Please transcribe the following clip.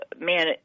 man